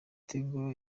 tigo